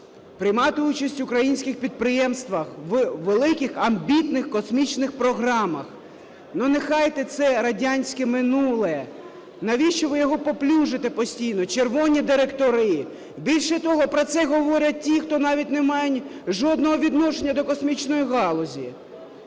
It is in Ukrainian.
приймати участь українським підприємствам у великих, амбітних космічних програмах. Ну, нехай це радянське минуле, навіщо ви його паплюжите постійно: "червоні директори"? Більше того, про це говорять ті, хто навіть не має жодного відношення до космічної галузі.